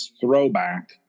throwback